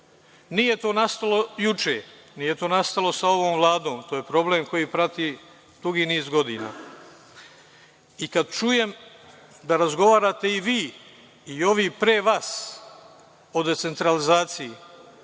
se to otkloni. Nije to nastalo sa ovom Vladom. To je problem koji prati dugi niz godina. Kada čujem da razgovarate i vi i ovi pre vas o decentralizaciji,